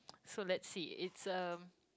so let's see it's a